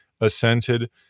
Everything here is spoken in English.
assented